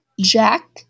jack